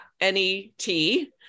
n-e-t